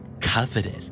Coveted